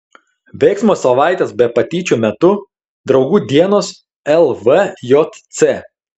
veiksmo savaitės be patyčių metu draugų dienos lvjc